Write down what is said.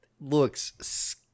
looks